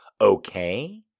okay